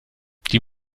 die